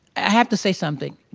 i have to say something.